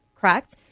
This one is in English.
correct